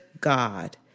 God